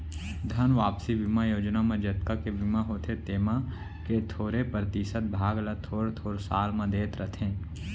धन वापसी बीमा योजना म जतका के बीमा होथे तेमा के थोरे परतिसत भाग ल थोर थोर साल म देत रथें